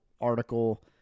article